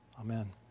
Amen